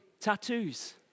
tattoos